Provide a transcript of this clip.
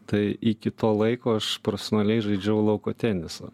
tai iki to laiko aš profesionaliai žaidžiau lauko tenisą